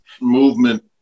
movement